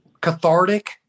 cathartic